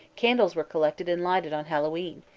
candles were collected and lighted on hallowe'en,